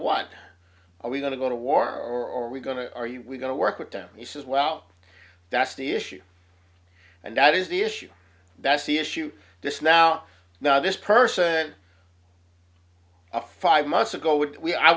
what are we going to go to war or we're going to are you going to work with them and he says well that's the issue and that is the issue that's the issue this now now this person five months ago would we i